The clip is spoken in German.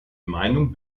meinung